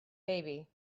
baby